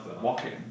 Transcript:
walking